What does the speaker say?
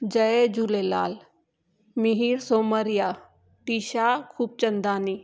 Jay Jhulelal Mihir Somaria Tisha Khubchandani